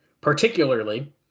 particularly